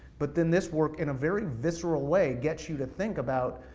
but then this work, in a very visceral way, gets you to think about